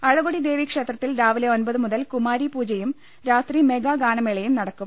അഴ കൊടി ദേവീക്ഷേത്രത്തിൽ രാവിലെ ഒമ്പത് മുതൽ കുമാരീപൂജയും രാത്രി മെഗാഗാനമേളയും നടക്കും